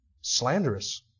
Slanderous